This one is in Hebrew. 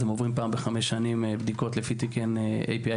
אז הם עוברים פעם בחמש שנים בדיקות לפי תקן 650 API,